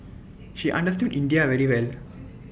she understood India very well